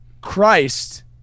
Christ